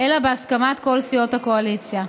אלא בהסכמת כל סיעות הקואליציה.